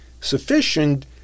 sufficient